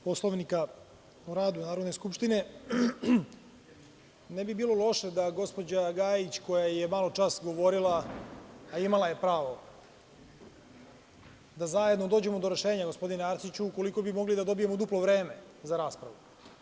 Poslovnika o radu Narodne skupštine, ne bi bilo loše da gospođa Gajić koja je maločas govorila, a imala je pravo, da zajedno dođemo do rešenja, gospodine Arsiću, ukoliko bi mogli da dobijemo duplo vreme za raspravu.